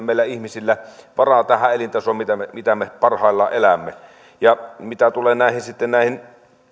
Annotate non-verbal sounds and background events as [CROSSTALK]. [UNINTELLIGIBLE] meillä ihmisillä varaa tähän elintasoon mitä me mitä me parhaillaan elämme mitä tulee sitten siihen